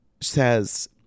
says